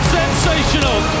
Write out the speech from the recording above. sensational